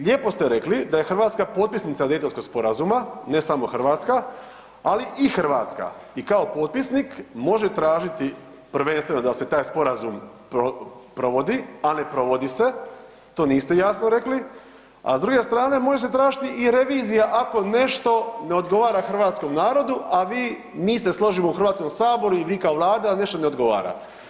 Lijepo ste rekli da je Hrvatska potpisnica Daytonskog sporazuma, ne samo Hrvatska, ali i Hrvatska i kao potpisnik može tražiti prvenstveno da se taj sporazum provodi, a ne provodi se, to niste jasno rekli, a s druge strane može se tražiti i revizija ako nešto ne odgovara hrvatskom narodu, a mi se složimo u HS i vi kao Vlada, a nešto ne odgovara.